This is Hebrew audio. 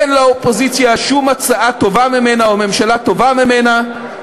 אין לאופוזיציה שום הצעה טובה ממנה או ממשלה טובה ממנה,